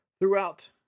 throughout